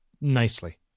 nicely